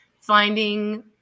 finding